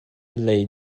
lei